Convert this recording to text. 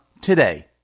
today